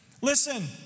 Listen